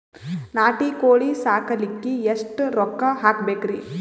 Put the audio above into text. ನಾಟಿ ಕೋಳೀ ಸಾಕಲಿಕ್ಕಿ ಎಷ್ಟ ರೊಕ್ಕ ಹಾಕಬೇಕ್ರಿ?